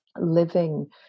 living